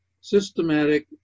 systematic